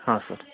ಹಾಂ ಸರ್